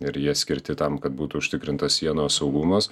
ir jie skirti tam kad būtų užtikrintas sienos saugumas